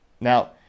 Now